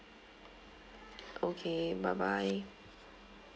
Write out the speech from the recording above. okay bye bye